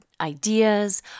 ideas